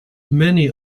many